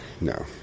no